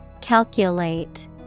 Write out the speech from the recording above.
Calculate